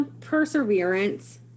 Perseverance